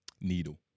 Needle